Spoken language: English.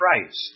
Christ